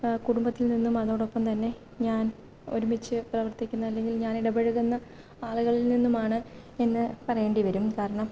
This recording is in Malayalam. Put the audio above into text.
കുടുംബത്തിൽ നിന്നും അതോടൊപ്പം തന്നെ ഞാൻ ഒരുമിച്ച് പ്രവർത്തിക്കുന്ന അല്ലെങ്കിൽ ഞാൻ ഇടപഴകുന്ന ആളുകളിൽ നിന്നുമാണ് എന്ന് പറയേണ്ടിവരും കാരണം